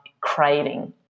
craving